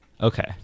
Okay